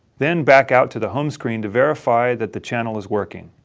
then, back out to the home screen to verify that the channel is working.